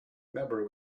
member